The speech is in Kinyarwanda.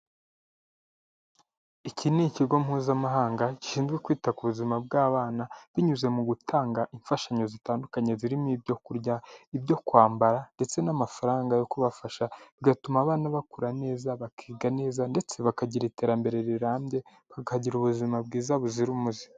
Iki ni ikigo mpuzamahanga gishinzwe kwita ku buzima bw'abana binyuze mu gutanga imfashanyo zitandukanye zirimo ibyo kurya, ibyo kwambara ndetse n'amafaranga yo kubafasha bigatuma abana bakura neza, bakiga neza ndetse bakagira iterambere rirambye, bakagira ubuzima bwiza buzira umuze.